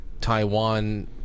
Taiwan